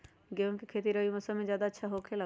गेंहू के खेती रबी मौसम में ज्यादा होखेला का?